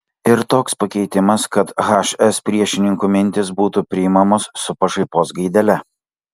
ir toks pakeitimas kad hs priešininkų mintys būtų priimamos su pašaipos gaidele